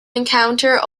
encounter